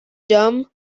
dumb